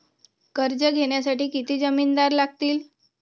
कर्ज घेण्यासाठी किती जामिनदार लागतील?